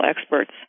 experts